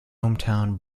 hometown